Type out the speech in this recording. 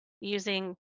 using